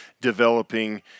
developing